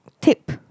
tip